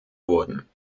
wurden